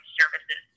services